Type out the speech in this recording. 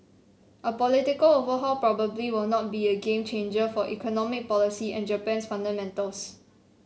a political overhaul probably will not be a game changer for economic policy and Japan's fundamentals